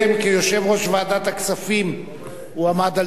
כיושב-ראש ועדת הכספים הוא עמד על זה,